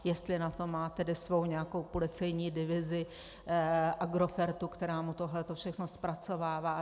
Jestli na to má tedy svou nějakou policejní divizi Agrofertu, která mu tohle všechno zpracovává?